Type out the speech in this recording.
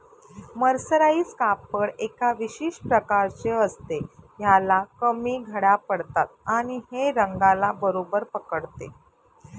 mercerise कापड एका विशेष प्रकारचे असते, ह्याला कमी घड्या पडतात आणि हे रंगाला बरोबर पकडते